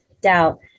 doubt